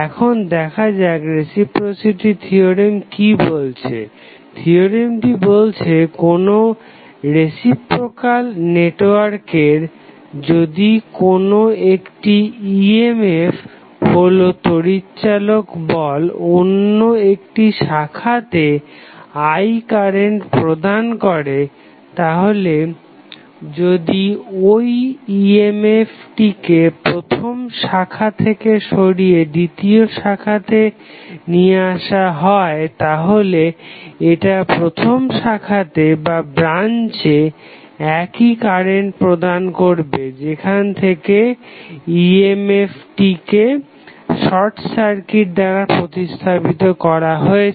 এখন দেখা যাক রেসিপ্রোসিটি থিওরেম কি বলছে থিওরেমটি বলছে কোনো রেসিপ্রোকাল নেটওয়ার্কের যদি কোনো একটি ইএমএফ emf হলো তড়িৎ চালক বল অন্য একটি শাখাতে I কারেন্ট প্রদান করে তাহলে যদি ঐ ইএমএফ emf টিকে প্রথম শাখা থেকে সরিয়ে দ্বিতীয় শাখাতে নিয়ে আসা হয় তাহলে এটা প্রথম শাখাতে একই কারেন্ট প্রদান করবে যেখান থেকে ইএমএফ টিকে শর্ট সার্কিট দ্বারা প্রতিস্থাপিত করা হয়েছে